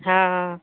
हँ